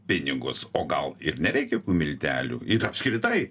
pinigus o gal ir nereik jokių miltelių ir apskritai